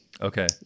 Okay